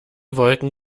wolken